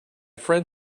friend